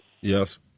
Yes